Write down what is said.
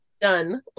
done